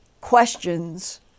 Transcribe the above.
questions